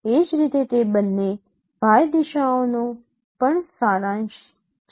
એ જ રીતે તે બંને y દિશાઓનો પણ સારાંશ છે